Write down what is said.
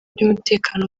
by’umutekano